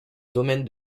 domaine